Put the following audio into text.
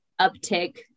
uptick